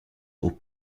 aux